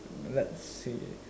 let's see